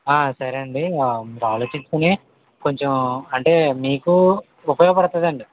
సరే అండి మీరు ఆలోచించుకొని కొంచెం అంటే మీకూ ఉపయోగపడుతుందండి